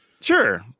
Sure